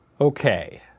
Okay